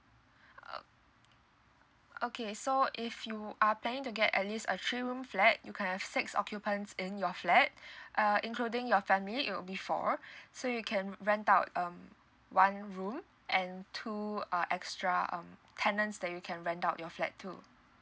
uh okay so if you are planning to get at least a three room flat you can have six occupants in your flat uh including your family it will be four so you can rent out um one room and two uh extra um tenants that you can rent out your flat to